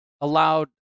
allowed